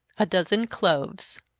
a dozen cloves.